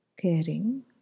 caring